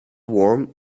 warm